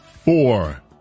Four